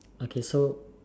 okay so